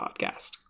podcast